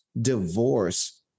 divorce